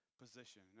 Position